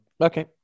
okay